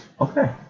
okay